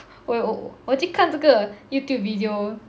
我有我有去看这个 Youtube video